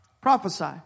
prophesy